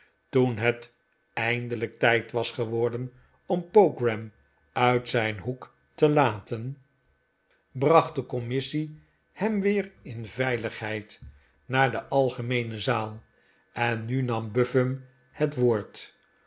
toen het eindelijk tijd was ge worden om pogram uit zijn hoek te laten bracht de commissie hem weer in veiligheid naar de algemeene zaal en nu nam buffum het woord